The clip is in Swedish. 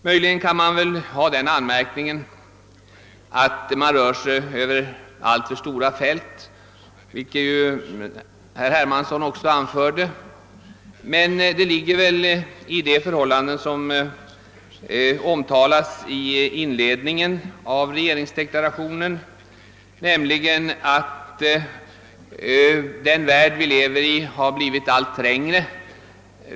Möjligen kan man väl mot den rikta anmärkningen att den rör sig över alltför stora fält, vilket ju herr Hermansson också anförde. Men det beror väl på de förhållanden som omtalas i inledningen till regeringsdeklarationen, nämligen att den värld vi lever i blivit allt trängre.